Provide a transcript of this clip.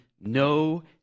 no